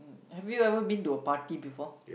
have you ever been to a party before